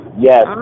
Yes